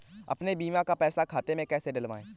अपने बीमा का पैसा खाते में कैसे डलवाए?